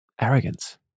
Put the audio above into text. arrogance